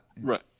Right